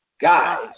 Guys